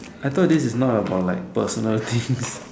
I thought this is not about like personal things